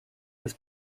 was